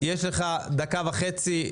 יש לך דקה וחצי,